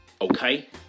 Okay